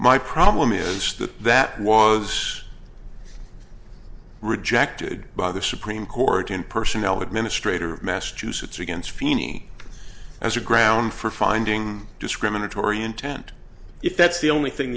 my problem is that that was rejected by the supreme court and personnel administrator of massachusetts against feeney as a ground for finding discriminatory intent if that's the only thing